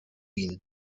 wien